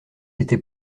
été